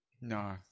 No